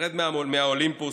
שתרד מהאולימפוס,